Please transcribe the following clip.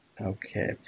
Okay